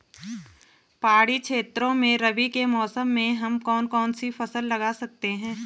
पहाड़ी क्षेत्रों में रबी के मौसम में हम कौन कौन सी फसल लगा सकते हैं?